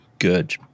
Good